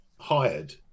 hired